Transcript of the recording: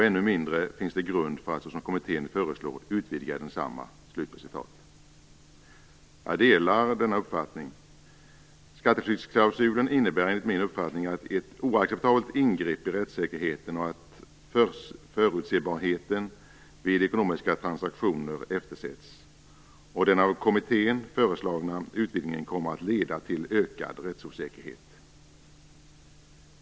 Ännu mindre finns det grund för att såsom kommittén föreslår utvidga densamma." Jag delar denna uppfattning. Skatteflyktsklausulen innebär enligt min uppfattning ett oacceptabelt ingrepp i rättssäkerheten och att förutsebarheten vid ekonomiska transaktioner eftersätts. Den av kommittén föreslagna utvidgningen kommer att leda till ökad rättsosäkerhet.